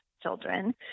children